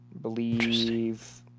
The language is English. believe